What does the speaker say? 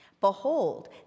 Behold